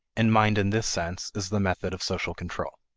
and mind in this sense is the method of social control.